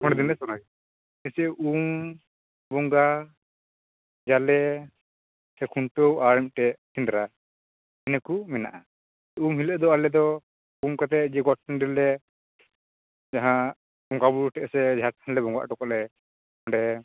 ᱢᱚᱬᱮ ᱫᱤᱱᱞᱮ ᱥᱚᱦᱚᱨᱟᱭᱚᱜᱼᱟ ᱠᱤᱪᱷᱩ ᱩᱢ ᱵᱚᱝᱜᱟ ᱭᱟᱞᱮ ᱪᱮ ᱠᱷᱩᱱᱴᱟ ᱣ ᱟᱨᱢᱤᱫᱴᱟ ᱜ ᱥᱮᱸᱫᱨᱟ ᱱᱤᱭᱟᱹᱠᱩ ᱢᱮᱱᱟᱜ ᱼᱟ ᱩᱢ ᱦᱤᱞᱚᱜ ᱫᱚ ᱟᱞᱮᱫᱚ ᱩᱢ ᱠᱟᱛᱮ ᱡᱮ ᱜᱚᱴ ᱴᱟᱹᱰᱤ ᱨᱮᱞᱮ ᱡᱟᱦᱟᱸ ᱨᱮᱞᱮ ᱵᱚᱸᱜᱟ ᱵᱩᱨᱩ ᱴᱮᱜ ᱥᱮ ᱡᱟᱦᱟᱸ ᱴᱷᱮᱱ ᱞᱮ ᱵᱚᱸᱜᱟ ᱚᱴᱚᱠᱟᱜ ᱞᱮ ᱚᱸᱰᱮ